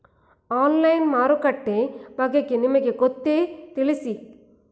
Online ಮಾರುಕಟ್ಟೆ ಬಗೆಗೆ ನಿಮಗೆ ಗೊತ್ತೇ? ತಿಳಿಸಿ?